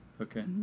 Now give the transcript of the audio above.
Okay